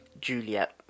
Juliet